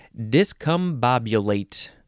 Discombobulate